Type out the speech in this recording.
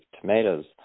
tomatoes